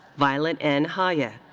violet n. haya.